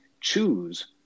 choose